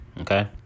Okay